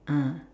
ah